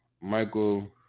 Michael